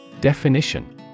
Definition